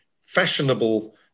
fashionable